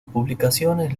publicaciones